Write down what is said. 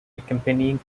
accompanying